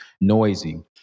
noisy